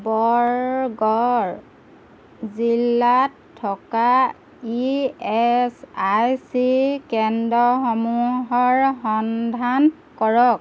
বৰগড় জিলাত থকা E S I C কেন্দ্ৰসমূহৰ সন্ধান কৰক